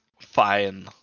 fine